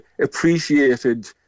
appreciated